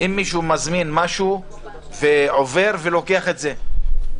אם מישהו מזמין משהו, עובר ולוקח את זה.